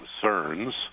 concerns